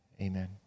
Amen